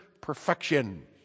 perfection